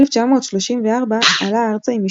ב-1934 עלה ארצה עם משפחתו.